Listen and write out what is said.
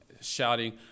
shouting